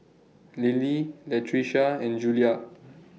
Lily Latricia and Julia